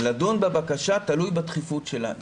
לדון בבקשה תלוי בדחיפות שלה.